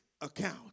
account